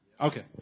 Okay